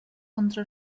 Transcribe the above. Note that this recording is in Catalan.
contra